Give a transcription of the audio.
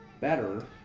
better